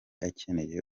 akeneye